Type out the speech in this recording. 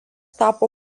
tapo